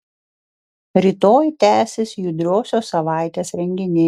rytoj tęsis judriosios savaitės renginiai